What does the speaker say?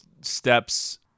steps